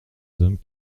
hommes